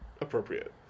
appropriate